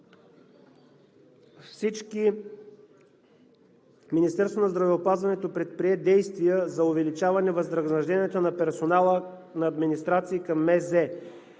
Министерството на здравеопазването предприе действия за увеличаване възнагражденията на персонала на администрации към